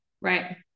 Right